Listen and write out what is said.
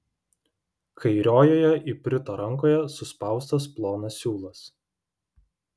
kairiojoje iprito rankoje suspaustas plonas siūlas